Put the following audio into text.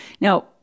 Now